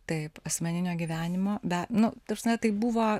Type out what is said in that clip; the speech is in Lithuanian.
taip asmeninio gyvenimo be nu ta prasme tai buvo